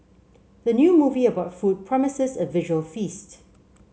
the new movie about food promises a visual feast